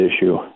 issue